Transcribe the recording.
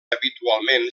habitualment